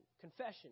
confession